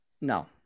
No